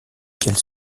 qu’elle